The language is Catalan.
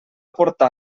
portar